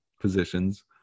positions